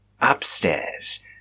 Upstairs